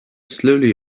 slowly